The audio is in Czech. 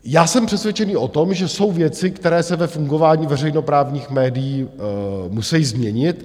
Já jsem přesvědčený o tom, že jsou věci, které se ve fungování veřejnoprávních médií musejí změnit.